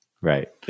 Right